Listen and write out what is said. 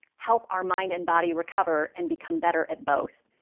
help our mind and body recover and become better at both.